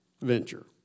venture